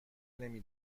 نمی